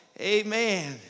Amen